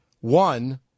One